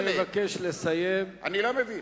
אני לא מבין.